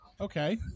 Okay